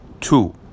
Two